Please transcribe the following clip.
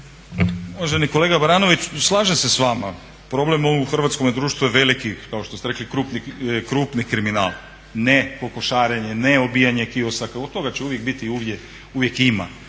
Uvaženi kolega Baranović, slažem se sa vama. Problem u hrvatskome društvu je veliki kao što ste rekli krupni kriminal. Ne kokošarenje, ne obijanje kioska, toga će uvijek biti, uvijek ima